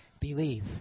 believe